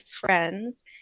friends